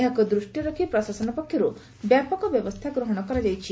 ଏହାକୁ ଦୂଷ୍ଟିରେ ରଖ୍ ପ୍ରଶାସନ ପକ୍ଷରୁ ବ୍ୟାପକ ବ୍ୟବସ୍କା ଗ୍ରହଣ କରାଯାଇଛି